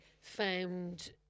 found